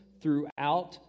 throughout